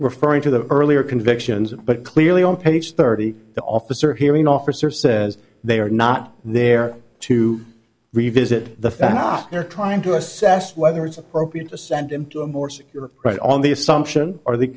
referring to the earlier convictions but clearly on page thirty the officer hearing officer says they are not there to revisit the fan off they're trying to assess whether it's appropriate to send him to a more secure right on the assumption or the